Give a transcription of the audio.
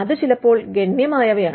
അത് ചിലപ്പോൾ ഗണ്യമായവയാണ്